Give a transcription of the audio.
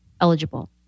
eligible